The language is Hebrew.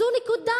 זו נקודה,